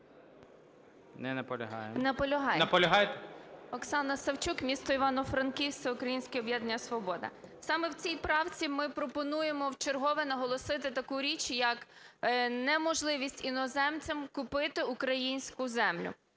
САВЧУК О.В. Наполягаю. Оксана Савчук, місто Івано-Франківськ, "Всеукраїнське об'єднання "Свобода". Саме в цій правці ми пропонуємо вчергове наголосити таку річ, як неможливість іноземцям купити українську землю.